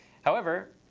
however,